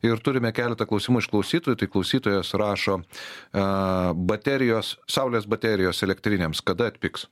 ir turime keletą klausimų iš klausytojų tai klausytojas rašo a baterijos saulės baterijos elektriniams kada atpigs